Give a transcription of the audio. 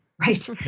Right